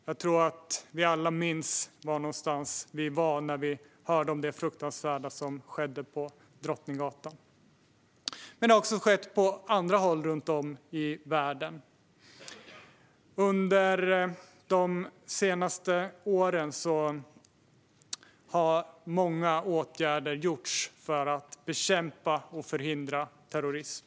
Jag tror att vi alla minns var vi var när vi hörde om det fruktansvärda som skedde på Drottninggatan. Det har också skett på andra håll i världen. Under de senaste åren har många åtgärder vidtagits för att bekämpa och förhindra terrorism.